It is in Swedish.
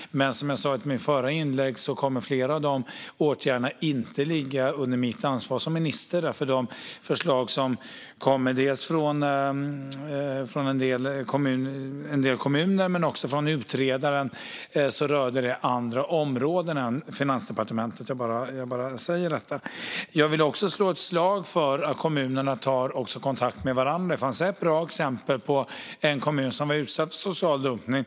Men som jag sa i mitt förra inlägg kommer flera av dessa åtgärder inte att ligga under mitt ansvar som minister. De förslag som kommer från en del kommuner och från utredaren rör andra områden än Finansdepartementets. Jag vill också slå ett slag för att kommunerna även tar kontakt med varandra. Det finns ett bra exempel på en kommun som var utsatt för social dumpning.